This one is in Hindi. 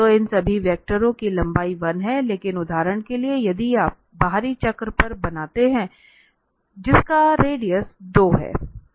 तो इन सभी वेक्टरों की लंबाई 1 है लेकिन उदाहरण के लिए यदि आप बाहरी चक्र पर बनाते हैं जिसका रेडियस 2 है